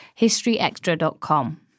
historyextra.com